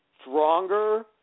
stronger